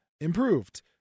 improved